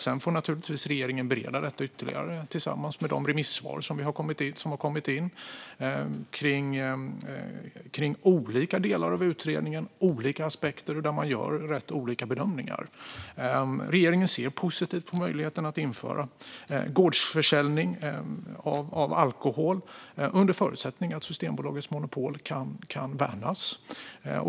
Sedan får regeringen naturligtvis bereda detta ytterligare och ta ställning till de remissvar som har kommit in kring olika delar och olika aspekter av utredningen. Och det görs rätt olika bedömningar. Regeringen ser positivt på möjligheten att införa gårdsförsäljning av alkoholhaltiga drycker under förutsättning att Systembolagets monopol kan värnas.